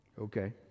okay